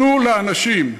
תנו לאנשים,